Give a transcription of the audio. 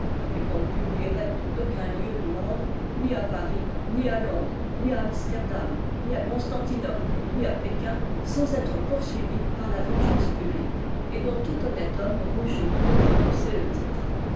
et qu'on ne publierait en aucun lieu du monde ni à paris ni à londres ni à amsterdam ni à constantinople ni à pékin sans être poursuivi par la vengeance publique et dont tout honnête homme rougit de prononcer le titre